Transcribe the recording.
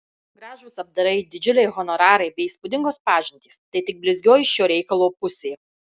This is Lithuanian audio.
gražūs apdarai didžiuliai honorarai bei įspūdingos pažintys tai tik blizgioji šio reikalo pusė